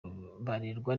barerwa